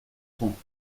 francs